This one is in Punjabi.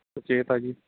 ਸੁਚੇਤ ਆ ਜੀ